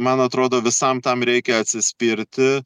man atrodo visam tam reikia atsispirti